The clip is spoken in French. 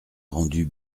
rendue